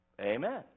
Amen